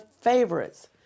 favorites